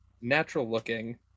natural-looking